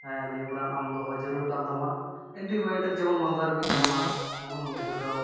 ᱱᱤᱭᱟᱹᱠᱚ ᱨᱟᱱ ᱟᱢ ᱫᱚᱦᱚ ᱡᱟᱹᱲᱩᱲᱠᱟᱱ ᱛᱟᱢᱟ ᱮᱱᱴᱤᱵᱟᱭᱳᱴᱤᱠ ᱡᱮᱢᱚᱱ ᱢᱟᱸᱫᱟᱨᱮ ᱠᱚ ᱡᱚᱢᱟ ᱡᱟᱦᱟᱸᱫᱚ